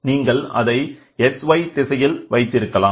நீங்கள்அதை xy திசையில் வைத்திருக்கலாம்